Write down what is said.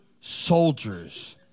soldiers